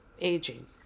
aging